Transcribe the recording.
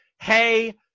hey